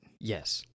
Yes